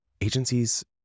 agencies